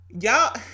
Y'all